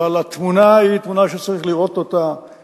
אבל התמונה היא תמונה שצריך לראות במלואה.